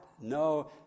No